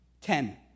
Ten